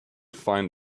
find